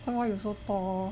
some more you so tall